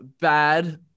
bad